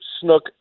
snook